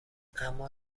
اما